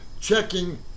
checking